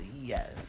Yes